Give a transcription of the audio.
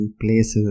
places